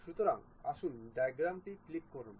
সুতরাং আসুন dimetric click করুন